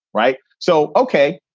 right. so, ok.